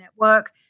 network